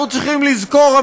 אנחנו צריכים לזכור,